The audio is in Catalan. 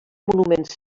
monuments